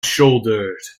shouldered